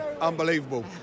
Unbelievable